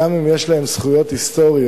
גם אם יש להם זכויות היסטוריות